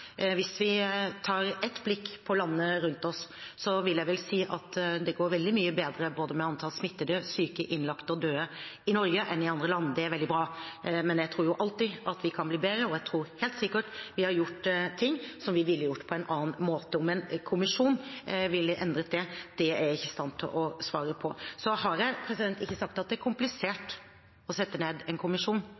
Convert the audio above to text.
Hvis vi tar et blikk på landene rundt oss, vil jeg si at det går veldig mye bedre med både antall smittede, syke, innlagte og døde i Norge enn i andre land. Det er veldig bra, men jeg tror alltid vi kan bli bedre, og jeg tror vi helt sikkert har gjort ting som vi ville gjort på en annen måte. Om en kommisjon ville endret det, er jeg ikke i stand til å svare på. Jeg har ikke sagt at det er komplisert å sette ned en kommisjon.